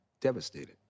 devastated